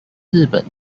日本